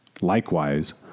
Likewise